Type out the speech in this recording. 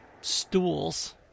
stools